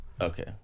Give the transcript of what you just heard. Okay